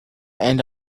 and